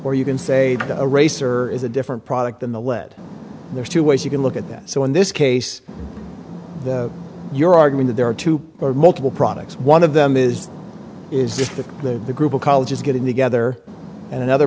or you can say a racer is a different product in the lead there are two ways you can look at that so in this case you're arguing that there are two or multiple products one of them is is just that the the group of colleges getting together and another